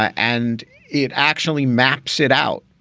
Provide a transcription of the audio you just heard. and it actually maps it out.